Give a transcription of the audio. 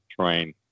train